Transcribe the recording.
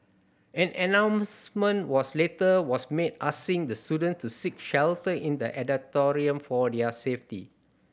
an announcement was later was made asking the students to seek shelter in the auditorium for their safety